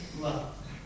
love